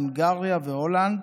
הונגריה והולנד,